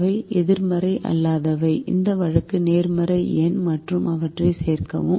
அவை எதிர்மறை அல்லாதவை இந்த வழக்கு நேர்மறை எண் மற்றும் அவற்றைச் சேர்க்கவும்